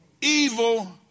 evil